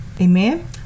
Amen